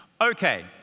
Okay